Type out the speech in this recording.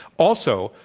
also,